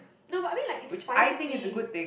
no but I mean like it's fine to be